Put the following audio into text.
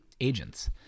Agents